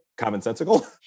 commonsensical